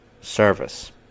service